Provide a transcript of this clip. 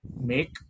make